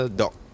dog